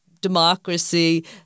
democracy